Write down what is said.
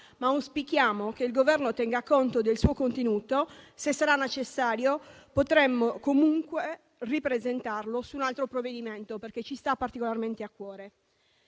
ma auspichiamo che il Governo tenga conto del suo contenuto. Se sarà necessario, potremo comunque ripresentarlo nell'ambito di un altro provvedimento, perché ci sta particolarmente a cuore.